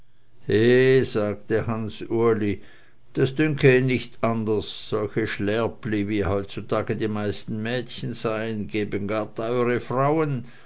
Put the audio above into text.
sagte hans uli das dünke ihn nichts anders solche schlärpli wie heutzutage die meisten mädchen seien geben gar teure frauen